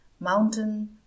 mountain